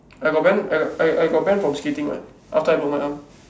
I got ban I I got banned from skating [what] after I broke my arm